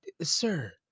sir